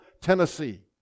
Tennessee